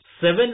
seven